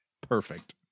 Perfect